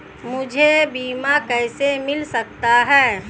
मुझे बीमा कैसे मिल सकता है?